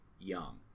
young